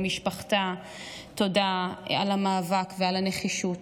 תודה למשפחתה על המאבק ועל הנחישות.